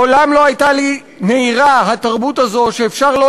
מעולם לא הייתה לי נהירה התרבות הזאת שאפשר שלא